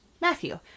Matthew